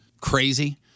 crazy